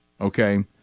okay